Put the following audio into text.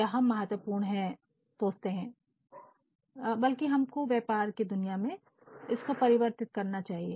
या हम महत्वपूर्ण हैं सोचते हैंबल्कि हमको व्यापार की दुनिया में इसको परिवर्तित करना चाहिए